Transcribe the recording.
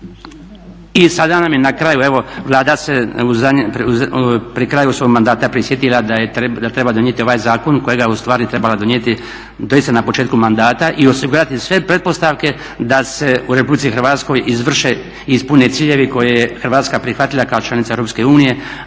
I sada nam je na kraju evo, Vlada se u zadnje, pri kraju svog mandata prisjetila da treba donijeti ovaj zakon kojega je ustvari trebala donijeti doista na početku mandata i osigurati sve pretpostavke da se u Republici Hrvatskoj izvrše i ispune ciljevi koje je Hrvatska prihvatila kao članica Europske unije